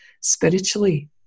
spiritually